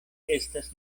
estas